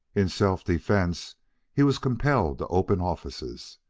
in self-defence he was compelled to open offices.